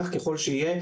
זה יקל את כל האירוע.